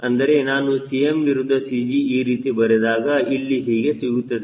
ಅಂದರೆ ನಾನು Cm ವಿರುದ್ಧ CG ಈ ರೀತಿ ಬರೆದಾಗ ಇಲ್ಲಿ ಹೀಗೆ ಸಿಗುತ್ತದೆ